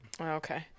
okay